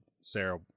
sarah